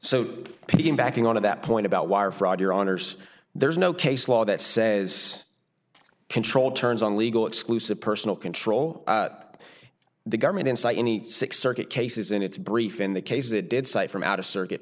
pm backing out of that point about wire fraud your honour's there's no case law that says control turns on legal exclusive personal control of the government inside any six circuit cases in its brief in the case it did cite from out of circuit